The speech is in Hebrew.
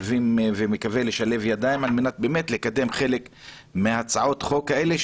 ונקווה לשלב ידיים על מנת לקדם חלק מהצעות החוק האלה,